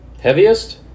Heaviest